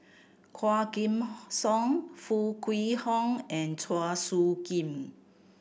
Quah Kim Song Foo Kwee Horng and Chua Soo Khim